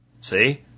See